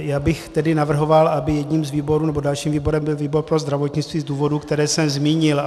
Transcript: Já bych tedy navrhoval, aby jedním z výborů nebo dalším výborem byl výbor pro zdravotnictví z důvodů, které jsem zmínil.